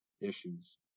issues